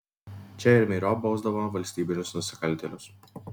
čia ir myriop bausdavo valstybinius nusikaltėlius